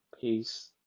peace